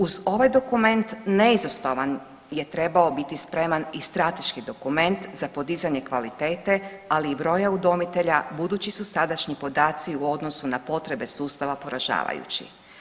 Uz ovaj dokument neizostavan je trebao biti spreman i strateški dokument za podizanje kvalitete, ali i broja udomitelja, budući su sadašnji podaci u odnosu na potrebe sustava poražavajući.